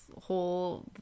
whole